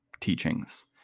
teachings